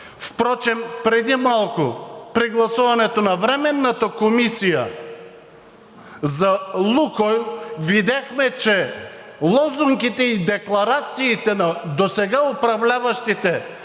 Впрочем преди малко при гласуването на Временната комисия за „Лукойл“ видяхме, че лозунгите и декларациите на досега управляващите